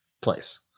place